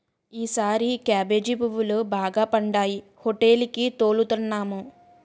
ఈసారి కేబేజీ పువ్వులు బాగా పండాయి హోటేలికి తోలుతన్నాం